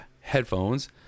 headphones